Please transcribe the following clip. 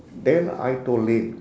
then I told him